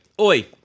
Oi